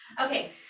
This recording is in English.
Okay